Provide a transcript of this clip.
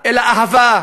אלא אהבה.